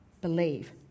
believe